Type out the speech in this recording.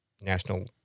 national